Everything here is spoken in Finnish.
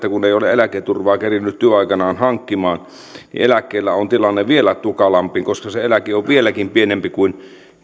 eläketurvaa kerinnyt työaikanaan hankkimaan niin eläkkeellä on tilanne vielä tukalampi koska se eläke on vieläkin pienempi kuin